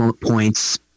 points